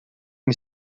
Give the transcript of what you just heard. uma